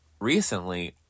recently